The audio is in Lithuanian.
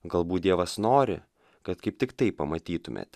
galbūt dievas nori kad kaip tiktai pamatytumėt